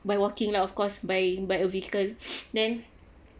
by walking lah of course by by a vehicle then